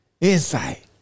insight